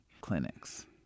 clinics